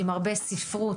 עם הרבה ספרות,